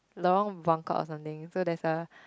Lorong Buangkok or something so there's a